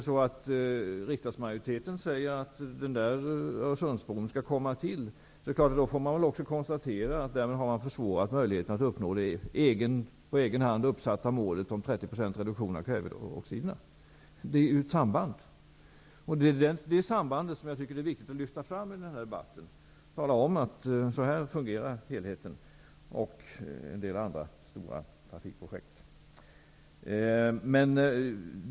Om riksdagsmajoriteten säger att Öresundsbron skall komma till stånd, får man konstatera att möjligheterna att uppnå det på egen hand uppsatta målet om 30 % reduktion av kväveoxiderna därmed har försämrats. Det finns ett sådant samband, och jag tycker att det är viktigt att lyfta fram det i denna debatt och att tala om hur helheten och en del andra stora partiprojekt fungerar.